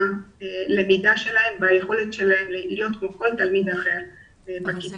ביכולת הלמידה שלהם כמו כל תלמיד אחר בכיתה.